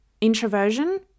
introversion